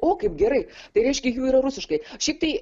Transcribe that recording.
o kaip gerai tai reiškia jų yra rusiškai šiaip tai